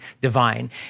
divine